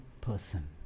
person